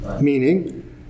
Meaning